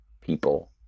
people